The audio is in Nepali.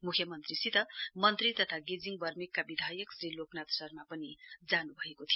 मुख्यमन्त्रीसित मन्त्री तथा गेजिङ वर्मेकका विधायक श्री लोकनाथ शर्मा पनि जानुभएको थियो